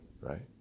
right